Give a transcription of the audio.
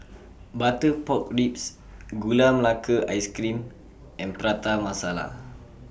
Butter Pork Ribs Gula Melaka Ice Cream and Prata Masala